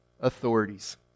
authorities